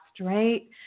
right